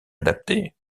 adapté